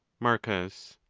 marcus.